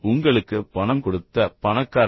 உங்களுக்கு பணம் கொடுத்த பணக்காரரா